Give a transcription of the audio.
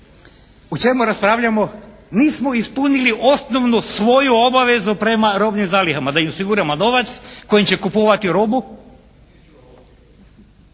o čemu raspravljamo? Nismo ispunili osnovnu svoju obvezu prema robnim zalihama, da osiguramo novac kojim će kupovati robu,